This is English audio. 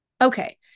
Okay